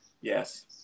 Yes